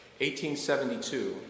1872